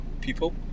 people